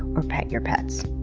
or pet your pets.